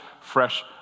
fresh